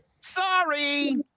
Sorry